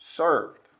served